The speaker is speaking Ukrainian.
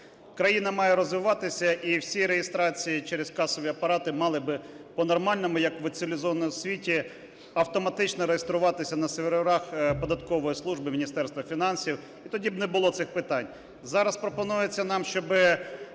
країна має розвиватися і всі реєстрації через касові апарати мали би по-нормальному як в цивілізованому світі автоматично реєструватися на серверах податкової служби, Міністерства фінансів і тоді б не було цих питань. Зараз пропонується нам, щоби